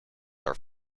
are